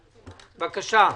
בבקשה.